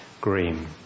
green